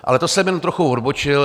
Ale to jsem jen trochu odbočil.